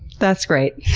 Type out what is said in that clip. that's great.